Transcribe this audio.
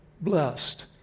blessed